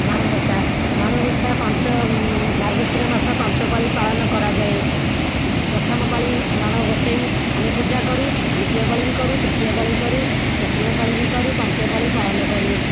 ମାଣବସା ମାଣବସା ପାଞ୍ଚ ମାର୍ଗଶିର ମାସ ପାଞ୍ଚପାଳି ପାଳନ କରାଯାଏ ପ୍ରଥମ ପାଳି ମାଣବସାଇ ଆମେ ପୂଜା କରୁ ଦ୍ଵିତୀୟ ପାଳି ବି କରୁ ତୃତୀୟ ପାଳି କରୁ ଚତୁର୍ଥପାଳି ବି କରୁ ପାଞ୍ଚପାଳି ପାଳନ କରୁ